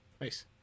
Nice